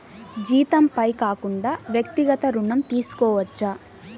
జీతంపై కాకుండా వ్యక్తిగత ఋణం తీసుకోవచ్చా?